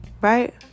Right